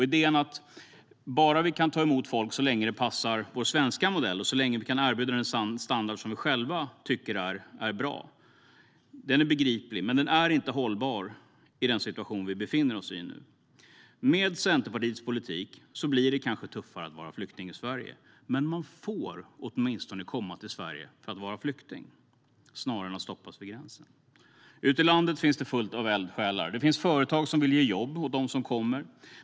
Idén om att vi bara kan ta emot folk så länge det passar vår svenska modell och så länge vi kan erbjuda den standard som vi själva tycker är bra är begriplig men inte hållbar i den situation vi befinner oss i nu. Med Centerpartiets politik blir det kanske tuffare att vara flykting i Sverige. Men man får åtminstone komma till Sverige som flykting, snarare än att stoppas vid gränsen. Ute i landet finns det fullt av eldsjälar. Det finns företag som vill ge jobb åt dem som kommer.